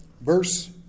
verse